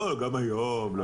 גם היום.